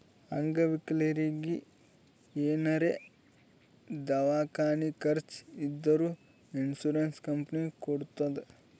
ಅಂಗವಿಕಲರಿಗಿ ಏನಾರೇ ದವ್ಕಾನಿ ಖರ್ಚ್ ಇದ್ದೂರ್ ಇನ್ಸೂರೆನ್ಸ್ ಕಂಪನಿ ಕೊಡ್ತುದ್